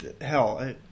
hell